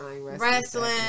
wrestling